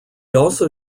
also